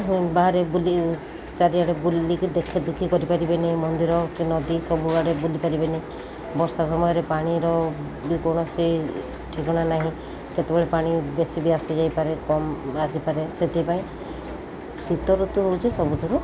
ବାହାରେ ବୁଲି ଚାରିଆଡ଼େ ବୁଲିକି ଦେଖା ଦେଖି କରିପାରିବେନି ମନ୍ଦିର କି ନଦୀ ସବୁଆଡ଼େ ବୁଲିପାରିବେନି ବର୍ଷା ସମୟରେ ପାଣିର ବି କୌଣସି ଠିକଣା ନାହିଁ କେତେବେଳେ ପାଣି ବେଶୀ ବି ଆସି ଯାଇପାରେ କମ୍ ଆସିପାରେ ସେଥିପାଇଁ ଶୀତ ଋତୁ ହେଉଛି ସବୁଥିରୁ